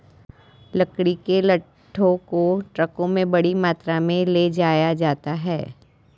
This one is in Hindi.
लकड़ी के लट्ठों को ट्रकों में बड़ी मात्रा में ले जाया जाता है